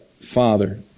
Father